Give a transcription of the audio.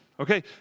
okay